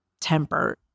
temper